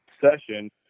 session